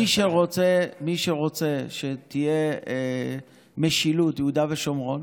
מי שרוצה שתהיה משילות ביהודה ושומרון